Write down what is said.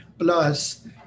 Plus